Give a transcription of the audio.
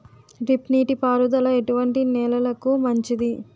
Drip నీటి పారుదల ఎటువంటి నెలలకు మంచిది?